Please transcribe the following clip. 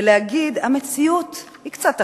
ולהגיד: המציאות היא קצת אחרת.